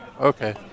Okay